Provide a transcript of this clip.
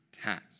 task